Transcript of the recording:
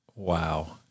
Wow